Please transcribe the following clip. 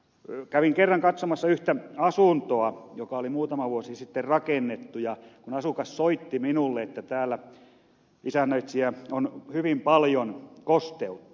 kävin kerran katsomassa yhtä asuntoa joka oli muutama vuosi sitten rakennettu kun asukas soitti minulle että täällä isännöitsijä on hyvin paljon kosteutta